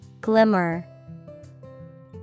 Glimmer